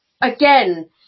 again